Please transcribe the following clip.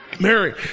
Mary